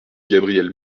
gabrielle